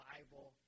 Bible